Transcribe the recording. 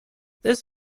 this